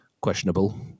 questionable